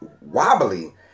wobbly